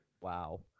Wow